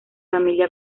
familia